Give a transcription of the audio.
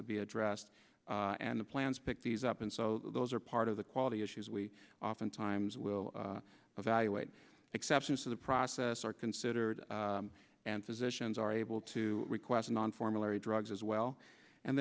to be addressed and the plans pick these up and so those are part of the quality issues we oftentimes will evaluate exceptions to the process are considered and physicians are able to request non formulary drugs as well and